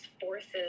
forces